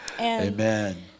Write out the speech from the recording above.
amen